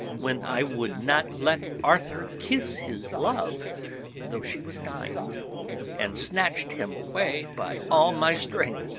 when i would not let arthur kiss his love though she was dying and snatched him away by all my strength?